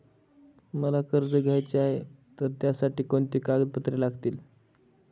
मला कर्ज घ्यायचे आहे तर त्यासाठी कोणती कागदपत्रे लागतील?